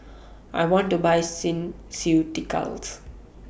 I want to Buy Skin Ceuticals